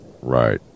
Right